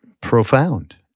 profound